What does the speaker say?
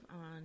on